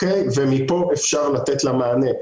וחרדות לא פוסקות וממש מתאר מה ולמה וקב"ן וסיפורים.